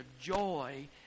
joy